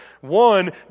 One